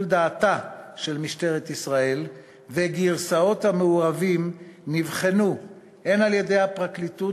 דעתה של משטרת ישראל וגרסאות המעורבים נבחנו הן על-ידי הפרקליטות,